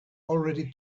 already